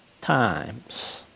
times